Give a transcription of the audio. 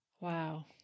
Wow